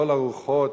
לכל הרוחות.